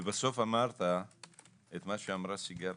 ובסוף אמרת את מה שאמרה סיגל,